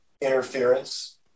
interference